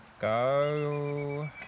Go